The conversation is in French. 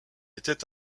était